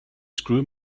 screw